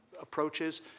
approaches